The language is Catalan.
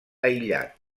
aïllat